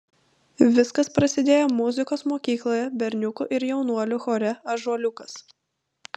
viskas prasidėjo muzikos mokykloje berniukų ir jaunuolių chore ąžuoliukas